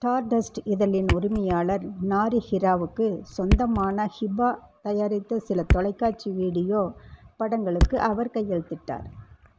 star dust இதழின் உரிமையாளர் நாரி ஹிராவுக்கு சொந்தமான ஹிபா தயாரித்த சில தொலைக்காட்சி வீடியோ படங்களுக்கு அவர் கையெழுத்திட்டார்